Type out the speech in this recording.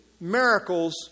miracles